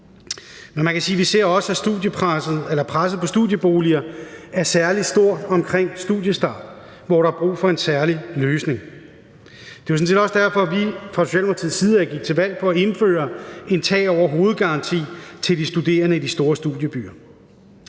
frem mod 2031. Vi ser også, at presset på studieboliger er særlig stort omkring studiestart, hvor der er brug for en særlig løsning. Det var sådan set også derfor, vi fra Socialdemokratiets side gik til valg på at indføre en tag over hovedet-garanti til de studerende i de store studiebyer.